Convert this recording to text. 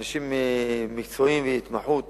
אלה אנשים מקצועיים, וההתמחות